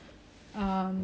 cause it's hard